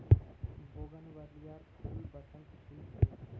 बोगनवेलियार फूल बसंतत खिल छेक